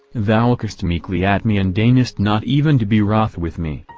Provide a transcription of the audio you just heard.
thou lookest meekly at me and deignest not even to be wroth with me.